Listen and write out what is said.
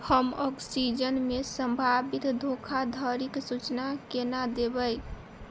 हम ऑक्सीजनमे सम्भावित धोखाधड़ीक सूचना केना देबै